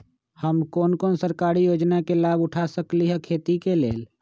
हम कोन कोन सरकारी योजना के लाभ उठा सकली ह खेती के लेल?